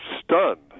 Stunned